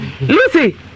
Lucy